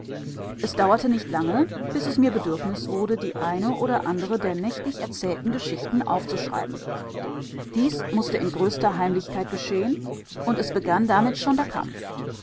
es dauerte nicht lange bis es mir bedürfnis wurde die eine oder andere der nächtlich erzählten geschichten aufzuschreiben dies mußte in größter heimlichkeit geschehen und es begann damit schon der kampf